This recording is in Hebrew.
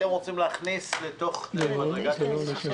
הייתם רוצים להכניס אל תוך מדרגת המיסוי